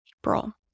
April